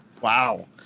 Wow